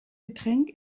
getränk